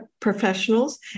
professionals